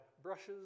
Brushes